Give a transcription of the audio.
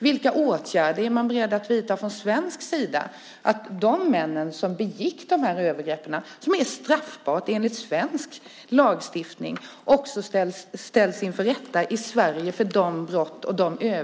Vilka åtgärder är man beredd att vidta från svensk sida för att de män som begick de här brotten och övergreppen, som är straffbara enligt svensk lagstiftning, ställs inför rätta i Sverige?